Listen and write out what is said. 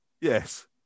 Yes